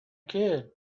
kid